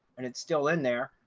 and it's still in there.